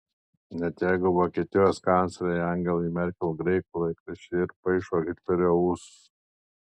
net jeigu vokietijos kanclerei angelai merkel graikų laikraščiai ir paišo hitlerio ūsus